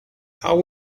how